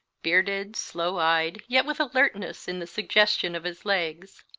bearded, slow eyed, yet with alertness in the suggestion of his legs.